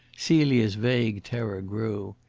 celia's vague terror grew.